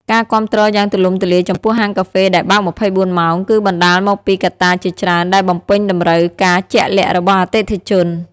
ការគាំទ្រយ៉ាងទូលំទូលាយចំពោះហាងកាហ្វេដែលបើក ២៤ ម៉ោង គឺបណ្តាលមកពីកត្តាជាច្រើនដែលបំពេញតម្រូវការជាក់លាក់របស់អតិថិជន។